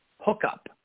hookup